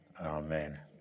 amen